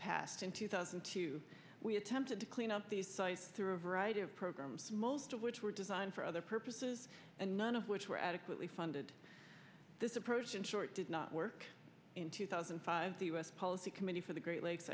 passed in two thousand and two we attempted to clean up these sites through a variety of programs most of which were designed for other purposes and none of which were adequately funded this approach in short did not work in two thousand and five the u s policy committee for the great lakes